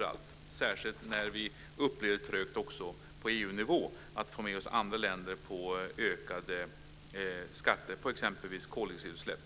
Det gäller särskilt när det är trögt på EU-nivå att få med andra länder på högre skatter på exempelvis koldioxidutsläpp.